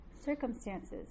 circumstances